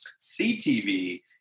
CTV